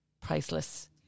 priceless